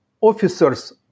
officers